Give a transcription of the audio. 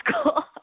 school